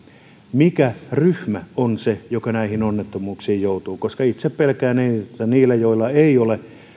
mikä ryhmä on se joka näihin onnettomuuksiin joutuu koska itse pelkään eniten että ne joilla ei ole